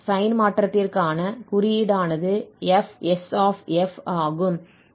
sign மாற்றதிற்கான குறியீடானது Fs ஆகும்